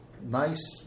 nice